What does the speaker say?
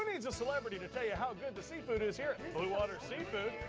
needs a celebrity to tell you how good the seafood is here at blue water seafood?